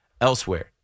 elsewhere